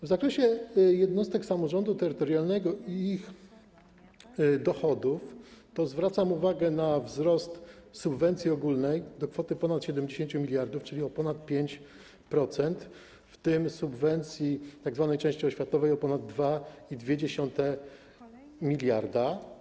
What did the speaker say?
W zakresie jednostek samorządu terytorialnego i ich dochodów zwracam uwagę na wzrost subwencji ogólnej do kwoty ponad 70 mld, czyli o ponad 5%, w tym subwencji tzw. części oświatowej o ponad 2,2 mld.